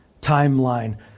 timeline